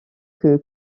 que